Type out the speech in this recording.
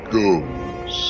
goes